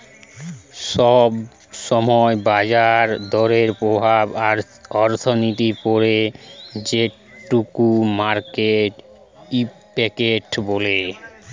সব সময় বাজার দরের প্রভাব অর্থনীতিতে পড়ে যেটোকে মার্কেট ইমপ্যাক্ট বলে